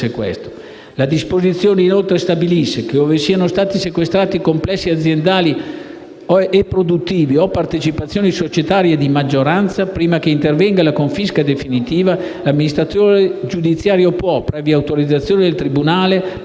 La disposizione stabilisce inoltre che, ove siano stati sequestrati complessi aziendali e produttivi o partecipazioni societarie di maggioranza, prima che intervenga la confisca definitiva, l'amministratore giudiziario può, previa autorizzazione del tribunale: